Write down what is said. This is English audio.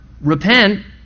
repent